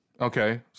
Okay